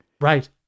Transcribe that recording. right